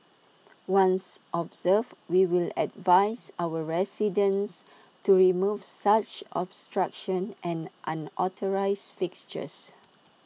once observed we will advise our residents to remove such obstruction and unauthorised fixtures